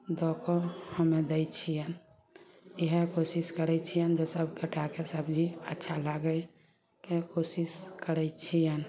दऽ कऽ हमे दै छियनि इएह कोशिश करै छियनि जे सभगोटाके सब्जी अच्छा लागैके कोशिश करै छियनि